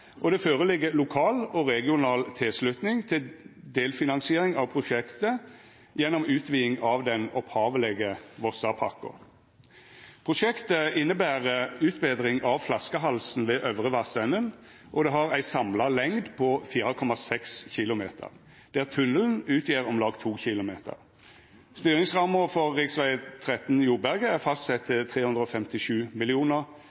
og det føreligg lokal og regional tilslutning til delfinansiering av prosjektet gjennom utviding av den opphavlege Vossapakko. Prosjektet inneber utbetring av flaskehalsen ved Øvre Vassenden. Det har ei samla lengd på 4,6 km, der tunnelen utgjer om lag 2 km. Styringsramma for rv. l3 Joberget er fastsett